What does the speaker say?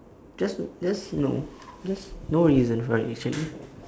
just just no just no reason for it actually